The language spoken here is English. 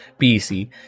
PC